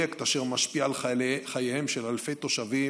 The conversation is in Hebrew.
בפרויקט אשר משפיע על חייהם של אלפי תושבים